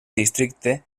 districte